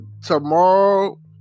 tomorrow